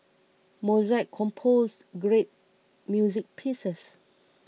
Mozart composed great music pieces